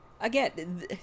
Again